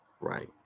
right